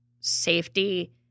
safety